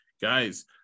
guys